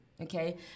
okay